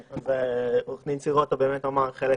כן, עורך דין סירוטה באמת אמר חלק